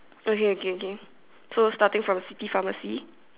okay okay okay so starting from city pharmacy